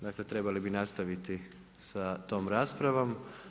Dakle, trebali bi nastaviti sa tom raspravom.